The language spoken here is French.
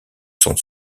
son